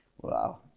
wow